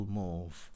move